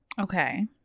okay